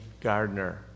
Gardner